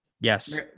Yes